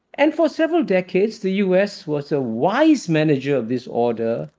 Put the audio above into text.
and for several decades, the u. s. was a wise manager of this order.